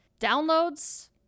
Downloads